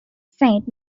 saint